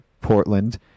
Portland